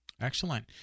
Excellent